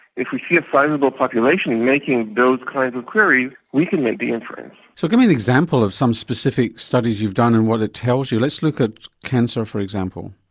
if we see a sizeable population and making those kinds of queries, we can make the inference. so give me an example of some specific studies you've done and what it tells you. let's look at cancer, for example.